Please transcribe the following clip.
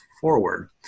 forward